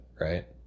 right